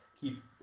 keep